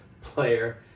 player